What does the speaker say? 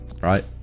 right